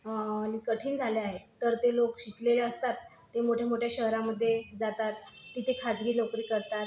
अ कठीण झाले आहे तर ते लोक शिकलेले असतात ते मोठ्यामोठ्या शहरांमध्ये जातात तिथे खाजगी नोकरी करतात